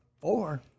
four